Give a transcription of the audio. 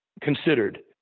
considered